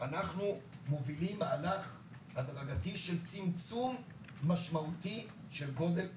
אנחנו מובילים מהלך הדרגתי של צמצום משמעותי של גודל הכיתות.